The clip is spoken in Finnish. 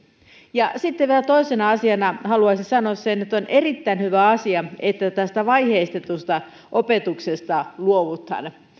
sitten vielä toisena asiana haluaisin sanoa sen että nyt on erittäin hyvä asia että tästä vaiheistetusta opetuksesta luovutaan kun